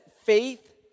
faith